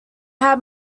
had